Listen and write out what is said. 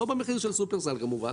לא במחיר של שופרסל, כמובן,